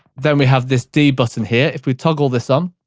then we have this d button here. if we toggle this on,